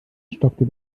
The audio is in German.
stockte